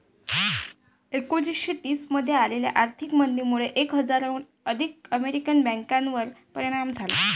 एकोणीसशे तीस मध्ये आलेल्या आर्थिक मंदीमुळे एक हजाराहून अधिक अमेरिकन बँकांवर परिणाम झाला